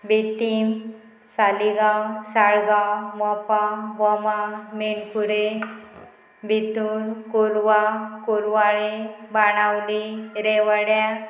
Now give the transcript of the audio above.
बितीम Saligao Salgaon Mopa Bhoma Menkure Betul Colva Colvale Benaulim रेवाड्या